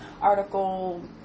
article